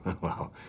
Wow